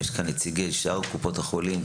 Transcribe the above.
נמצאים כאן נציגי שאר קופות החולים,